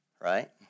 right